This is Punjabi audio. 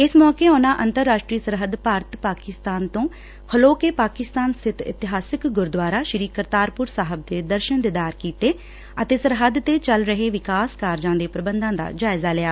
ਇਸ ਮੌਕੇ ਅਨਾਂ ਅੰਤਰਰਾਸ਼ਟਰੀ ਸਰਹੱਦ ਭਾਰਤ ਪਾਕਿਸਤਾਨ ਸਰਹੱਦ ਤੋਂ ਖਲੋ ਕੇ ਪਾਕਿਸਤਾਨ ਸਬਿਤ ਇਤਿਹਾਸਕ ਗੁਰੂਦੁਆਰਾ ਸ਼ੀ ਕਰਤਾਰਪੁਰ ਸਾਹਿਬ ਦੇ ਦਰਸ਼ਨ ਦੀਦਾਰ ਕੀਤੇ ਅਤੇ ਸਰਹੱਦ 'ਤੇ ਚੱਲ ਰਹੇ ਵਿਕਾਸ ਕਾਰਜਾਂ ਦੇ ਪ੍ਬੰਧਾਂ ਦਾ ਜਾਇਜਾ ਲਿਆ